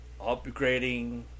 upgrading